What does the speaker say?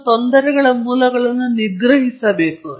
ಸತತ ಆದೇಶಗಳ ಅಳವಡಿಕೆ ಮಾದರಿಗಳ ಮೂಲಕ ನಾನು ಪಡೆದ ಸುಧಾರಣೆಯನ್ನು ನಾನು ನೋಡಿದ್ದೇನೆ